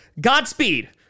Godspeed